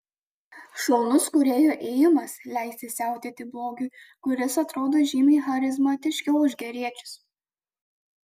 šaunus kūrėjų ėjimas leisti siautėti blogiui kuris atrodo žymiai charizmatiškiau už geriečius